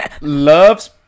loves